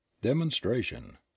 Demonstration